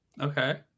Okay